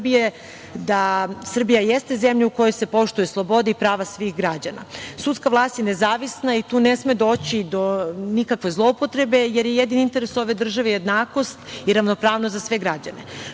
da Srbija jeste zemlja u kojoj se poštuje sloboda i prava svih građana. Sudska vlast je nezavisna i tu ne sme doći do nikakve zloupotrebe, jer je jedini interes ove države jednakost i ravnopravnost za sve građane. Što